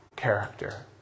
Character